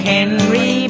Henry